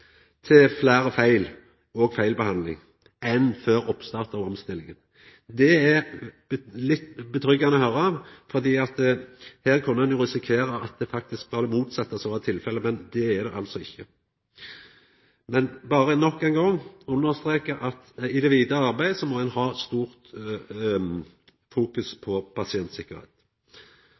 til fleire feil og meir feilbehandling enn før oppstarten av omstillinga. Det er litt betryggande å høyra, for her kunne ein jo risikera at det faktisk var det motsette som var tilfellet, men det er det altså ikkje. Eg vil berre nok ein gong understreka at i det vidare arbeidet må ein ha eit stort fokus på pasientsikkerheit.